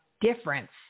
difference